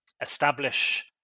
Establish